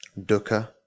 dukkha